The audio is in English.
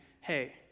hey